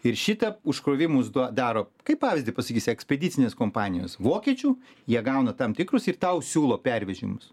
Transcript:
ir šitą užkrovimus duo daro kaip pavyzdį pasakysiu ekspedicinės kompanijos vokiečių jie gauna tam tikrus ir tau siūlo pervežimus